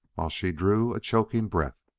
while she drew a choking breath.